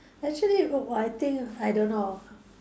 actually w~ !wah! I think I don't know